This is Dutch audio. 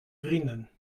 vrienden